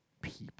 people